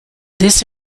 this